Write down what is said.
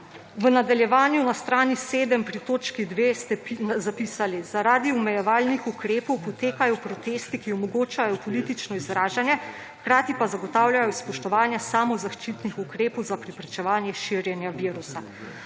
V nadaljevanju na strani 7 pri točki dve ste zapisali, »… zaradi omejevalnih ukrepov potekajo protesti, ki omogočajo politično izražanje, hkrati pa zagotavljajo spoštovanje samozaščitnih ukrepov za preprečevanje širjenja virusa«.